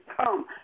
come